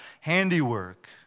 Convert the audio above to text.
handiwork